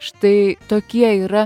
štai tokie yra